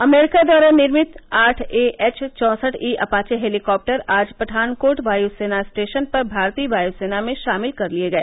अमरीका द्वारा निर्मित आठ ए एच चौंसठ ई अपाचे हेलीकॉप्टर आज पठानकोट वायू सेना स्टेशन पर भारतीय वायुसेना में शामिल कर लिए गए